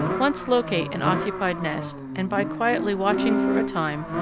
once locate an occupied nest, and by quietly watching for a time,